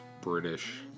British